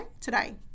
Today